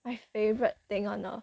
my favourite thing on earth